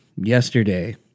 yesterday